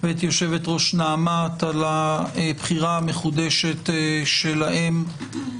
ואת יושבת-ראש נעמ"ת על בחירתם המחודשת יחד